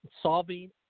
solving